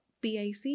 PIC